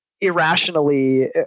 irrationally